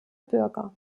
bürger